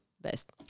best